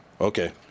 okay